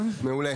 מעולה.